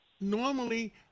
normally